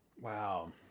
Wow